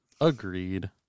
agreed